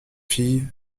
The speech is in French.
filles